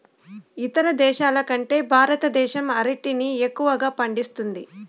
ఇతర దేశాల కంటే భారతదేశం అరటిని ఎక్కువగా పండిస్తుంది